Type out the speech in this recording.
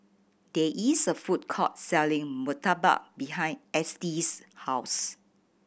there is a food court selling murtabak behind Estie's house